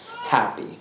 happy